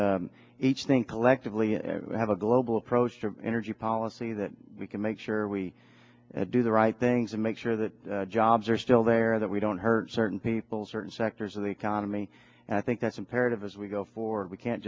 at each think collectively and have a global approach to energy policy that we can make sure we do the right things and make sure that jobs are still there that we don't hurt certain people certain sectors of the economy and i think that's imperative as we go forward we can't